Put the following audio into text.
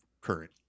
current